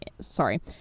sorry